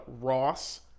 Ross